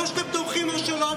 או שאתם תומכים או שלא,